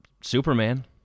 Superman